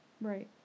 right